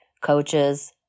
coaches